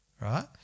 right